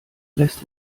lässt